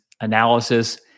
analysis